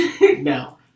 No